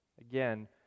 Again